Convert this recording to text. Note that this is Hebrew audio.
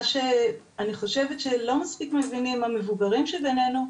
מה שאני חושבת שלא מספיק מבינים המבוגרים שבנינו,